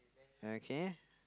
okay